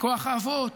מכוח האבות,